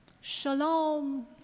Shalom